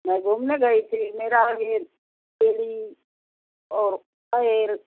मैं घूमने गई थी मेरी यह एड़ी और पैर